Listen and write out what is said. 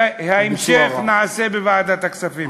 ואת ההמשך נעשה בוועדת הכספים.